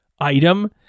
item